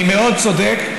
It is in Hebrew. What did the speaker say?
אני מאוד צודק.